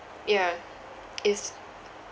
yeah is